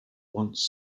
once